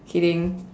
kidding